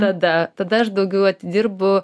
tada tada aš daugiau atidirbu